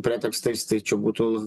pretekstais tai čia būtų